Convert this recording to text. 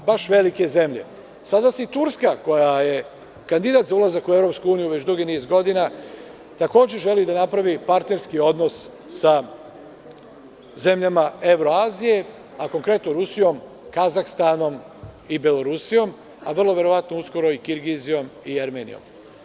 Sada i Turska, koja je kandidat za ulazak u EU već dugi niz godina, takođe želi da napravi partnerski odnos sa zemljama Evro-azije, konkretno Rusijom, Kazahstanom i Belorusijom, a vrlo verovatno uskoro i Kirgizijom i Jermenijom.